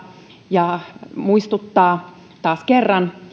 ja muistuttaa taas kerran